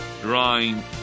drawing